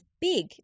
big